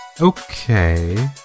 Okay